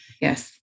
Yes